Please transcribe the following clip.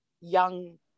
young